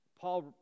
Paul